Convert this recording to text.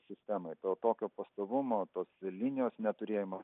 sistemai to tokio pastovumo tos linijos neturėjimo